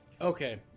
Okay